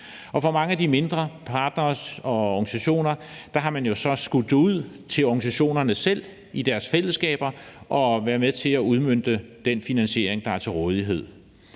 For mange af de mindre partnere og organisationer har man jo så skudt det ud til organisationerne selv i deres fællesskaber at være med til at udmønte den finansiering, der er til rådighed.